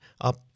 up